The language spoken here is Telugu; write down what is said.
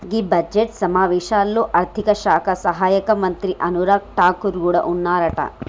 గీ బడ్జెట్ సమావేశాల్లో ఆర్థిక శాఖ సహాయక మంత్రి అనురాగ్ ఠాగూర్ కూడా ఉన్నారట